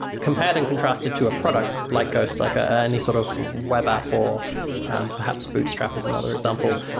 compared and contrasted to a product like ghost, like ah any sort of web app, or perhaps bootstrap is another example,